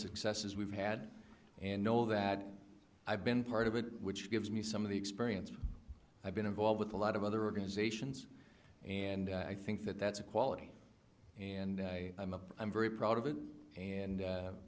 successes we've had and know that i've been part of it which gives me some of the experience i've been involved with a lot of other organizations and i think that that's a quality and i'm a i'm very proud of it and